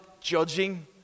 judging